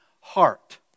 heart